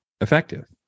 effective